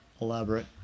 elaborate